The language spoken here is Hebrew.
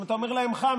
אם אתה אומר להם חם,